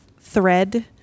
thread